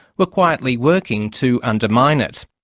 were quietly working to undermine it.